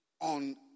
on